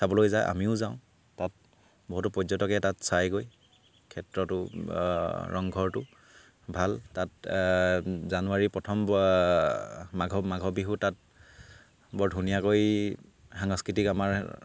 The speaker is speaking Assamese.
চাবলৈ যায় আমিও যাওঁ পত বহুতো পৰ্যটকে তাত চায়গৈ ক্ষেত্ৰটো ৰংঘৰটো ভাল তাত জানুৱাৰী প্ৰথম মাঘৰ মাঘৰ বিহু তাত বৰ ধুনীয়াকৈ সাংস্কৃতিক আমাৰ